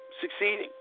succeeding